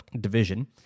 division